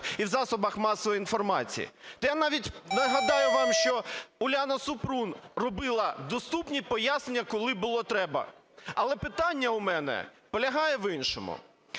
і в засобах масової інформації. Я навіть нагадаю вам, що Уляна Супрун робила доступні пояснення, коли було треба. Але питання у мене полягає в іншому.